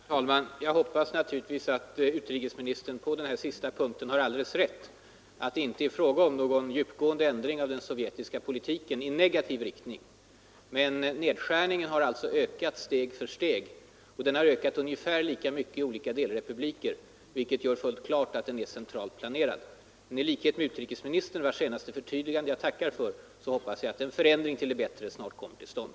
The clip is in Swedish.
Herr talman! Jag hoppas naturligtvis att utrikesministern på den här sista punkten har alldeles rätt: att det inte är fråga om någon djupgående ändring av den sovjetiska politiken i negativ riktning. Men nedskärningen har alltså ökat steg för steg. Den har ökat ungefär lika mycket i flera olika delrepubliker. Detta gör det fullt klart att den är centralt planerad. I likhet med utrikesministern, vars senaste förtydligande jag tackar för, hoppas jag att en förändring till det bättre snart kommer till stånd.